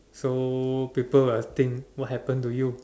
so people will think what happened to you